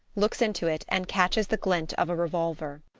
looks into it and catches the glint of a revolver.